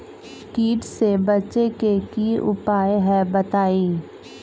कीट से बचे के की उपाय हैं बताई?